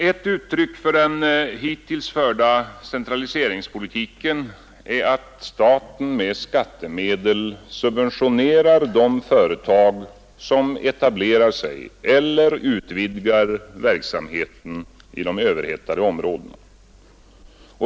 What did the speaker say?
Ett uttryck för den hittills förda centraliseringspolitiken är att staten med skattemedel subventionerar de företag som etablerar sig eller utvidgar verksamheten i de överhettade områdena.